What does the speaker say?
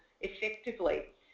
effectively